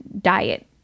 diet